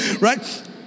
right